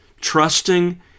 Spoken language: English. trusting